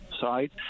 side